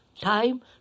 time